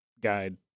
guide